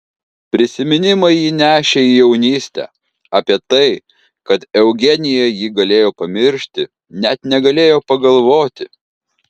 prisiminimai jį nešė į jaunystę apie tai kad eugenija jį galėjo pamiršti net negalėjo pagalvoti